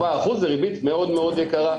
4% זה ריבית מאוד מאוד יקרה.